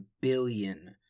billion